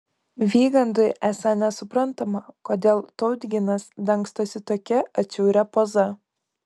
vygandui esą nesuprantama kodėl tautginas dangstosi tokia atšiauria poza